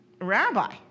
rabbi